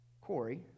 Corey